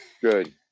good